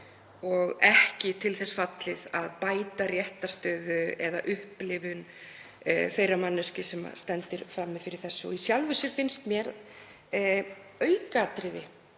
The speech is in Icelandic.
og ekki til þess fallið að bæta réttarstöðu eða upplifun þeirrar manneskju sem stendur frammi fyrir slíku. Í sjálfu sér finnst mér aukaatriði,